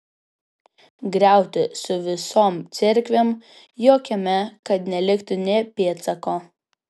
griauti su visom cerkvėm jo kieme kad neliktų nė pėdsako